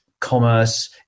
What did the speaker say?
Commerce